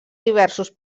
diversos